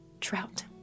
Trout